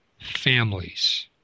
families